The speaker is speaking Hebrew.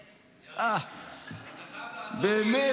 באמת.